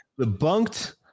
debunked